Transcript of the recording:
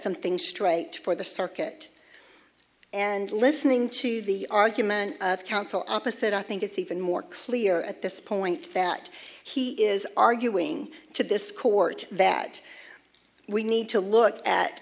something straight for the circuit and listening to the argument counsel opposite i think it's even more clear at this point that he is arguing to this court that we need to look at